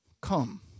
come